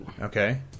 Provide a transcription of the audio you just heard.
okay